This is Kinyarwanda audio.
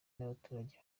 n’abaturage